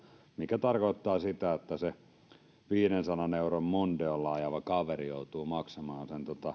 mikä tarkoittaa sitä että viidensadan euron mondeolla ajava kaveri joutuu maksamaan sen